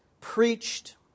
preached